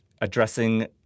addressing